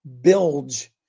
bilge